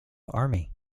army